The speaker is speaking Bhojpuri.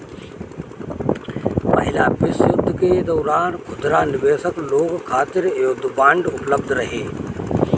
पहिला विश्व युद्ध के दौरान खुदरा निवेशक लोग खातिर युद्ध बांड उपलब्ध रहे